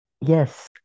Yes